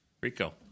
Rico